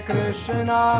Krishna